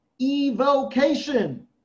evocation